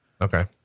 Okay